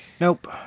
nope